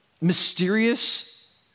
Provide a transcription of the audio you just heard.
Mysterious